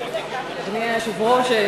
אדוני היושב-ראש,